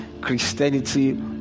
Christianity